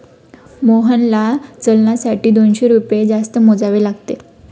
मोहनला चलनासाठी दोनशे रुपये जास्त मोजावे लागले